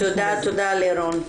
תודה לירון.